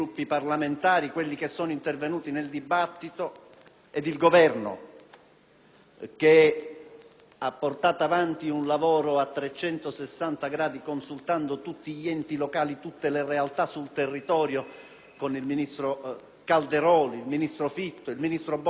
che ha portato avanti un lavoro a 360 gradi consultando tutti gli enti locali, tutte le realtà sul territorio: mi riferisco al ministro Calderoli, al ministro Fitto, al ministro Bossi, che ha partecipato personalmente a molte sedute delle Commissioni,